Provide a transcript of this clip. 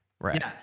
right